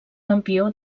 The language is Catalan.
campió